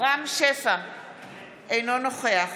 אינו נוכח